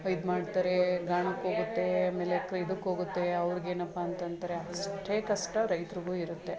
ಇದ್ಮಾಡ್ತಾರೆ ಗಾಣಕ್ಕೋಗುತ್ತೆ ಆಮೇಲೆ ಕ್ ಇದಕ್ಕೋಗುತ್ತೆ ಅವ್ರಿಗೇನಪ್ಪ ಅಂತಂತಾರೆ ಅಷ್ಟೇ ಕಷ್ಟ ರೈತ್ರಿಗೂ ಇರುತ್ತೆ